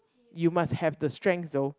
you must have the strength tho